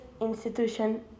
Institution